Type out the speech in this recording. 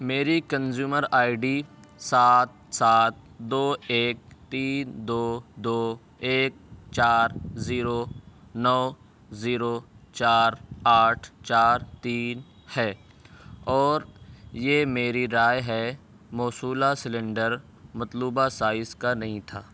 میری consumer I D سات سات دو ایک تین دو دو ایک چار زیرو نو زیرو چار آٹھ چار تین ہے اور یہ میری رائے ہے موصولہ سلنڈر مطلوبہ سائز کا نہیں تھا